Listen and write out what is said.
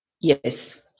yes